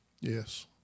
Yes